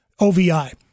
ovi